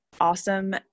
awesome